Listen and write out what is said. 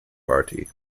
party